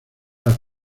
las